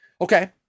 Okay